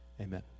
Amen